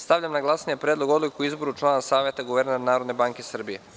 Stavljam na glasanje Predlog odluke o izboru člana Saveta guvernera Narodne banke Srbije.